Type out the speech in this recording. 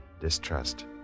distrust